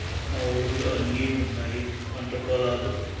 మా ఊర్లో అన్నీ ఉన్నాయి పంట పొలాలు